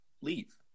leave